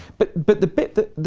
but but the bit that,